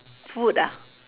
food ah